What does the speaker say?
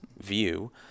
view